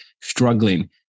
struggling